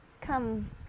come